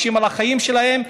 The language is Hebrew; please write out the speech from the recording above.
מקשים את החיים שלהם,